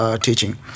teaching